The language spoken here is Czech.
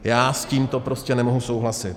Já s tímto prostě nemohu souhlasit.